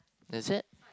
there's that